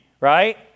right